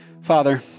Father